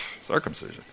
Circumcision